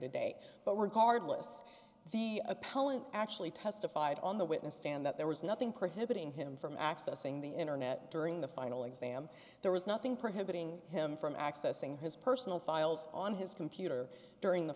today but we're cordless the appellant actually testified on the witness stand that there was nothing prohibiting him from accessing the internet during the final exam there was nothing prohibiting him from accessing his personal files on his computer during the